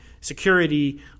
security